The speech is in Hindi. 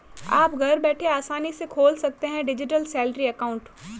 आप घर बैठे आसानी से खोल सकते हैं डिजिटल सैलरी अकाउंट